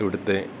ഇവിടുത്തെ